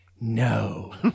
No